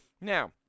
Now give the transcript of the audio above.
Now